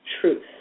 truth